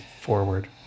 forward